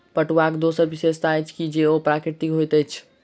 पटुआक दोसर विशेषता अछि जे ओ प्राकृतिक होइत अछि